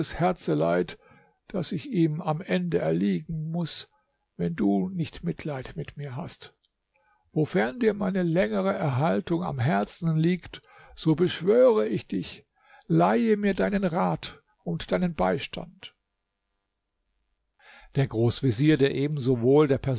herzeleid daß ich ihm am ende erliegen muß wenn du nicht mitleid mit mir hast wofern dir meine längere erhaltung am herzen liegt so beschwöre ich dich leihe mir deinen rat und deinen beistand der großvezier der ebensowohl der